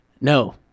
No